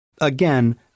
Again